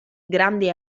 grande